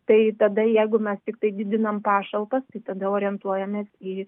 tai tada jeigu mes tiktai didinam pašalpas tai tada orientuojamės į